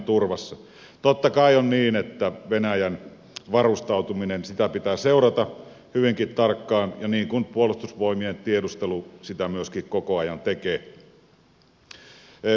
totta kai on niin että venäjän varustautumista pitää seurata hyvinkin tarkkaan niin kuin puolustusvoimien tiedustelu myöskin koko ajan tekee